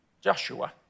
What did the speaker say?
Joshua